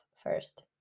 first